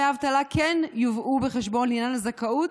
דמי האבטלה כן יובאו בחשבון לעניין הזכאות